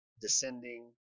descending